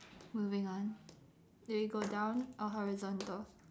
moving on do we go down or horizontal